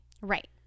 Right